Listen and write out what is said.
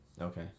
Okay